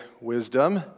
Wisdom